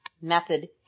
method